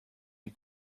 een